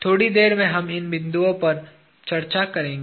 थोड़ी देर में हम इन बिंदुओं पर चर्चा करेंगे